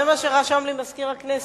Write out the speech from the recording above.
זה מה שרשם לי מזכיר הכנסת.